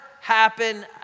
happen